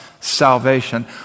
salvation